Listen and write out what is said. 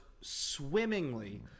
swimmingly